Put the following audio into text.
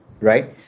right